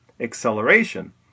acceleration